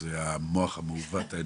זה את המוח האנושי המעוות.